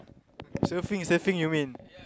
surfing surfing you mean